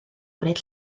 gwneud